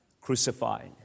crucified